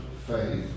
faith